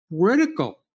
critical